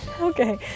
Okay